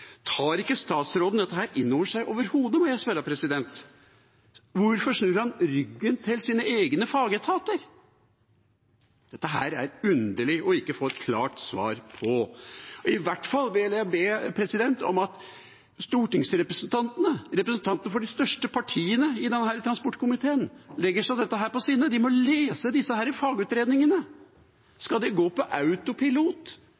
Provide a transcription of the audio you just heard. Tar ikke statsråden dette inn over seg overhodet? Hvorfor snur han ryggen til sine egne fagetater? Det er underlig å ikke få et klart svar på dette. Jeg vil i hvert fall be om at stortingsrepresentantene, representantene for de største partiene i denne transportkomiteen, legger seg dette på sinne. De må lese disse